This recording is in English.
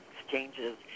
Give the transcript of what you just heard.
exchanges